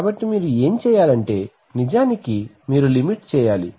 కాబట్టి మీరు ఏమి చేయాలంటే నిజానికి మీరు లిమిట్ చేయాలి